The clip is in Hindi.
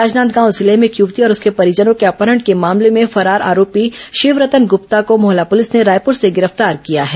राजनांदगांव जिले में एक यूवती और उनके परिजनों के अपहरण के मामले में फरार आरोपी शिवरतन गप्ता को मोहला पुलिस ने रायपुर से गिरफ्तार किया है